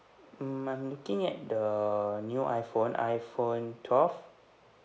hmm I'm looking at the new iphone iphone twelve